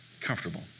Comfortable